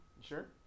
sure